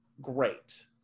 great